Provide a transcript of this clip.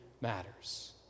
matters